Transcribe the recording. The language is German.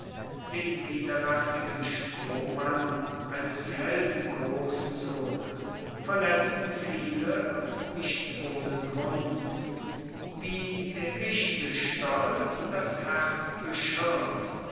den widerwaertigen strohmann eines helden grosszog verletzten viele und nicht ohne grund wie der echte stolz das herz beschirmt